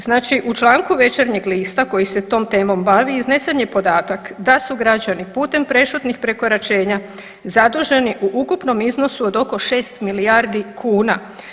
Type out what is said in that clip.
Znači u članku Večernjeg lista koji se tom temom bavi iznesen je podatak da su građani putem prešutnih prekoračenja zaduženi u ukupnom iznosu od oko 6 milijardi kuna.